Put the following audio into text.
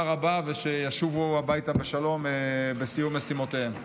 רבה ושישובו הביתה בשלום בסיום משימותיהם.